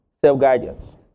Self-guidance